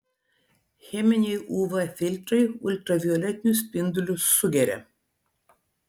cheminiai uv filtrai ultravioletinius spindulius sugeria